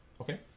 Okay